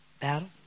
battle